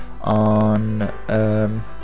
on